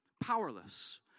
powerless